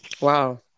wow